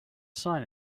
sign